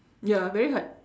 ya very hard